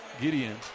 Gideon